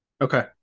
okay